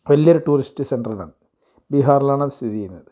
വലിയൊരു ടൂറിസ്റ്റ് സെൻ്ററാണത് ബിഹാറിലാണ് അത് സ്ഥിതി ചെയ്യുന്നത്